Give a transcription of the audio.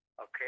Okay